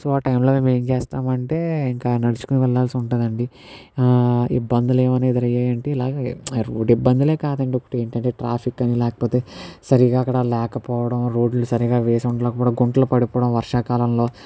so ఆ టైంలో మేము ఏం చేస్తామంటే ఇంకా నడుచుకుని వెళ్లాల్సి ఉంటుంది అండి ఇబ్బందులు ఏమైనా ఎదురయ్యాయి అంటే ఇలాగే రోడ్డు ఇబ్బందులే కాదండి ఇప్పుడేంటంటే ట్రాఫిక్ అని లేకపోతే సరిగ్గా అక్కడ లేకపోవడం రోడ్లు సరిగ్గా వేసి ఉండలేకపోవడం గుంటలు పడిపోవడం వర్షాకాలంలో